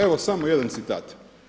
Evo samo jedan citat.